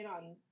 on